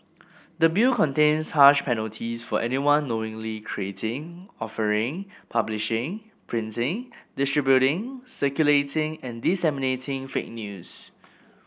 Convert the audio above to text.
the Bill contains harsh penalties for anyone knowingly creating offering publishing printing distributing circulating and disseminating fake news